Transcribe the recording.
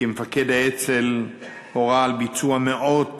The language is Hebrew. כמפקד האצ"ל הורה על ביצוע מאות